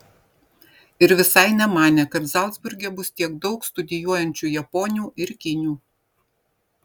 ir visai nemanė kad zalcburge bus tiek daug studijuojančių japonių ir kinių